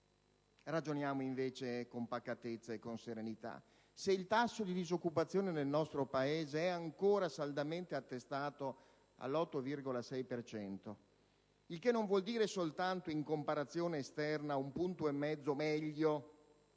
Ragioniamo invece con pacatezza e con serenità. Il tasso di disoccupazione nel nostro Paese è ancora saldamente attestato all'8,6 per cento, il che non vuol dire soltanto, in comparazione esterna, 1,5 punti meglio